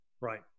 Right